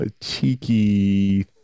cheeky